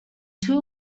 two